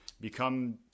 become